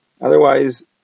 Otherwise